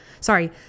sorry